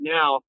now